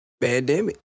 Pandemic